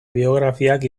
biografiak